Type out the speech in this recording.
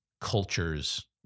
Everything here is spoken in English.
cultures